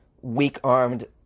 weak-armed